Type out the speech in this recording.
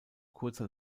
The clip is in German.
kurzer